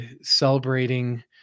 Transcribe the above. celebrating